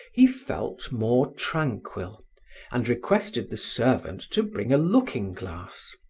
he felt more tranquil and requested the servant to bring a looking-glass.